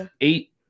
eight